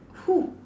who